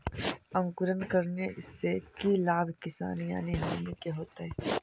अंकुरण करने से की लाभ किसान यानी हमनि के होतय?